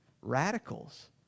radicals